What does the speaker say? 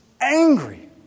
angry